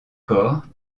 corps